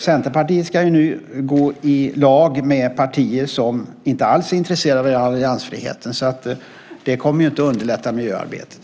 Centerpartiet ska nu gå i lag med partier som inte alls är intresserade av alliansfriheten, så det kommer inte att underlätta miljöarbetet.